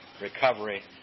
recovery